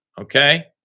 Okay